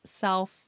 self